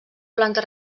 planta